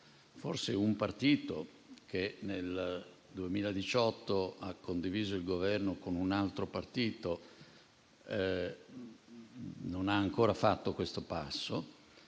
Forse un partito che nel 2018 ha condiviso il Governo con un altro partito non ha ancora fatto questo passo,